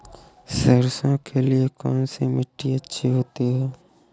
सरसो के लिए कौन सी मिट्टी अच्छी होती है?